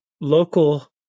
local